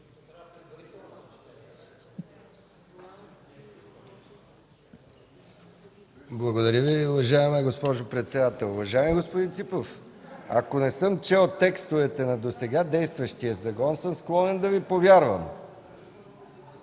Благодаря Ви, уважаема госпожо председател. Уважаеми господин Ципов, ако не съм чел текстовете на досега действащия закон, съм склонен да Ви повярвам.